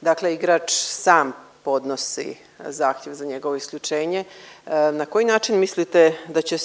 dakle igrač sam podnosi zahtjev za njegovo isključenje na koji način mislite da će,